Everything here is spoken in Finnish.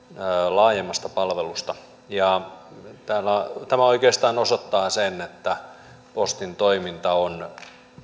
laajemmasta palvelusta tämä oikeastaan osoittaa sen että postin toiminta on